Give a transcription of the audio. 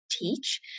teach